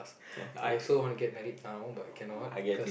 I also want get married now but cannot cause